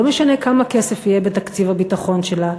לא משנה כמה כסף יהיה בתקציב הביטחון שלה,